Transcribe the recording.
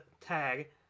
tag